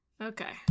Okay